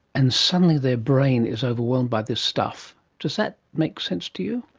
and suddenly their brain is overwhelmed by this stuff. does that make sense to you?